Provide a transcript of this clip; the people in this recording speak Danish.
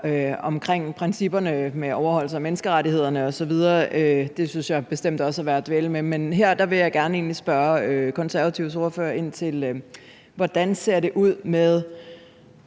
omkring principperne med overholdelse af menneskerettighederne osv. Det synes jeg bestemt også er værd at dvæle ved. Men her vil jeg egentlig gerne spørge Konservatives ordfører ind til, hvordan det ser ud med